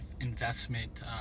investment